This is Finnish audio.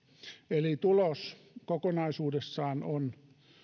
eli tulos kokonaisuudessaan on